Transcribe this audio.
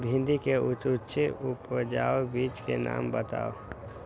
भिंडी के उच्च उपजाऊ बीज के नाम बताऊ?